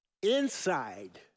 inside